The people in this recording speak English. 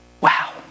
Wow